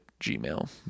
gmail